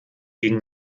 gegen